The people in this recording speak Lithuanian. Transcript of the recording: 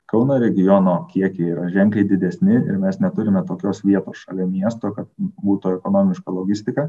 kauno regiono kiekiai yra ženkliai didesni ir mes neturime tokios vietos šalia miesto kad būtų ekonomiška logistika